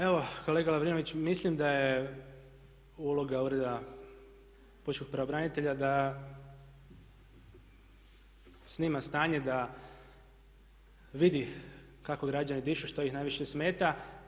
Evo kolega Lovrinović mislim da je uloga Ureda pučkog pravobranitelja da snima stanje, da vidi kako građani dišu i što ih najviše smeta.